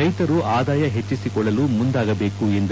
ರೈತರು ಆದಾಯ ಹೆಚ್ಚಿಸಿಕೊಳ್ಳಲು ಮುಂದಾಗಬೇಕು ಎಂದರು